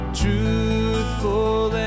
truthful